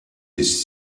his